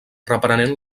reprenent